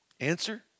Answer